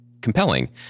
compelling